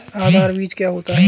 आधार बीज क्या होता है?